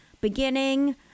beginning